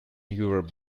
newer